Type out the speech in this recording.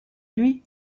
lui